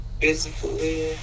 physically